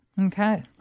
Okay